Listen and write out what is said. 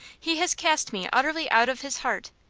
he has cast me utterly out of his heart.